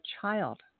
child